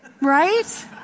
right